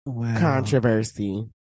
Controversy